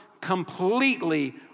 completely